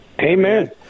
Amen